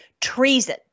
treason